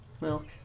Milk